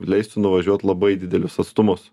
leistų nuvažiuot labai didelius atstumus